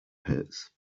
pits